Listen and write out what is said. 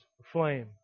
aflame